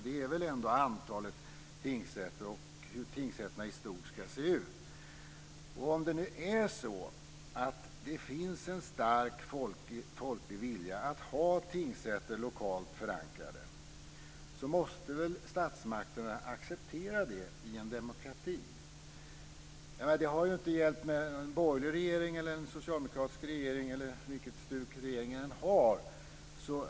Det är antalet tingsrätter och hur tingsrätterna i stort ska se ut. Om det nu finns en stark folklig vilja att ha tingsrätter lokalt förankrade måste väl statsmakterna acceptera det i en demokrati. Det har inte hjälpt med en borgerlig eller socialdemokratisk regering eller vilket stuk regeringen än har.